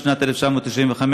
בשנת 1995,